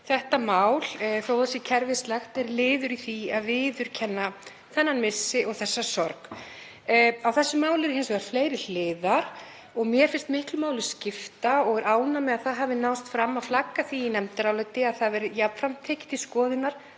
Þetta mál, þó að það sé kerfislægt, er liður í því að viðurkenna þennan missi og þessa sorg. Á þessu máli eru hins vegar fleiri hliðar og mér finnst miklu máli skipta, og er ánægð með að náðst hafi að flagga því í nefndaráliti, að það verði jafnframt tekið til skoðunar